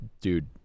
dude